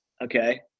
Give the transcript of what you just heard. okay